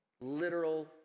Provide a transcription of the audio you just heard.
literal